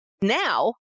now